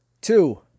Two